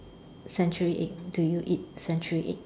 century egg do you eat century egg